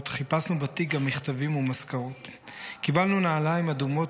/ חיפשנו בתיק גם מכתבים ומזכרות / קיבלנו נעליים אדומות